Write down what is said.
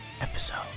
episode